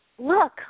look